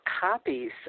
copies